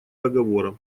договора